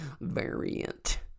variant